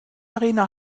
arena